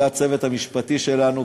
זה הצוות המשפטי שלנו,